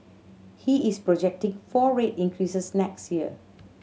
he is projecting four rate increases next year